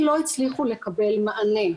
יכול להיות שאתם לא יכולים לתת את המענה,